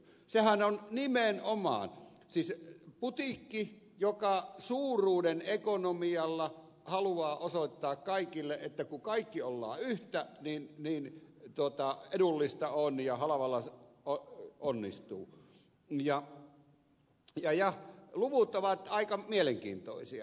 sehän on nimenomaan putiikki joka suuruuden ekonomialla haluaa osoittaa kaikille että kun kaikki ollaan yhtä niin edullista on ja halvalla onnistuu ja luvut ovat aika mielenkiintoisia